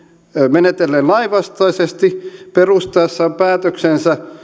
menetelleen lainvastaisesti perustaessaan päätöksensä